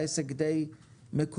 העסק די מקובע.